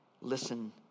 listen